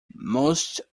most